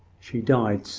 she died, sir,